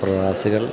പ്രവാസികൾ